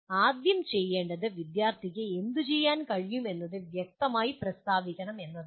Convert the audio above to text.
ആദ്യം ചെയ്യേണ്ടത് വിദ്യാർത്ഥിക്ക് എന്തുചെയ്യാൻ കഴിയുമെന്നത് വ്യക്തമായി പ്രസ്താവിക്കണം എന്നതാണ്